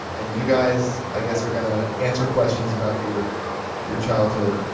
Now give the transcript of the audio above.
and you guys, i guess, are going to answer questions about your your childhood.